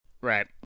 right